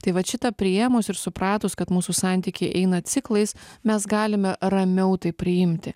tai vat šitą priėmus ir supratus kad mūsų santykiai eina ciklais mes galime ramiau tai priimti